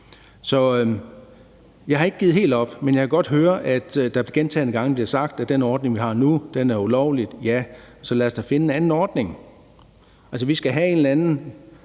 Jeg har ikke givet helt op, men jeg kan godt høre, at der gentagne gange bliver sagt, at den ordning, vi har nu, er ulovlig. Ja, så lad os da finde en anden ordning. Altså, vi skal have en eller anden